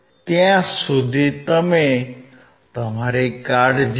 ત્યાં સુધી તમે તમારી કાળજી લો